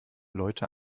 leute